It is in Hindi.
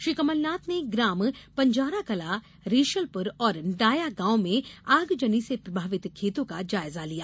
श्री कमलनाथ ने ग्राम पांजराकला रेशलपुर और निटाया गांव में आगजनी से प्रभावित खेतों का जायजा लिया